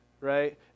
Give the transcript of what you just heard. right